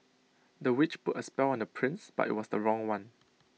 the witch put A spell on the prince but IT was the wrong one